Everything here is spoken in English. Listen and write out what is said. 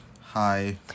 Hi